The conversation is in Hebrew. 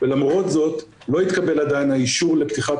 ולמרות זאת לא התקבל עדיין האישור לפתיחת